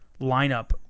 lineup